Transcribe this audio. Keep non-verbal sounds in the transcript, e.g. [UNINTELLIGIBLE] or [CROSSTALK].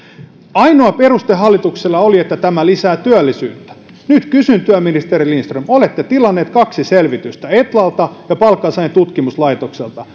ainoa peruste hallituksella oli että tämä lisää työllisyyttä nyt kysyn työministeri lindström kun olette tilanneet kaksi selvitystä etlalta ja palkansaajien tutkimuslaitokselta [UNINTELLIGIBLE]